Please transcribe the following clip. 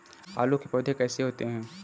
आलू के पौधे कैसे होते हैं?